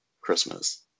Christmas